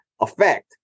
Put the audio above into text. affect